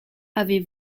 avez